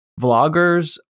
vloggers